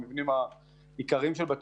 הדברים האדירים שהציג פה המבקר הן במערכת הבריאות,